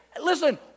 Listen